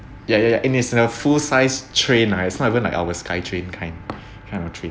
ya ya ya and it's in a full size train lah it's not even like our skytrain kind kind of a train